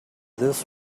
this